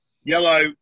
Yellow